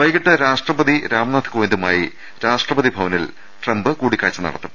വൈകീട്ട് രാഷ്ട്രപതി ്രാംനാഥ് കോവിന്ദുമായി രാഷ്ട്രപതി ഭവനിൽ അദ്ദേഹം കൂടിക്കാഴ്ച നടത്തും